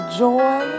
joy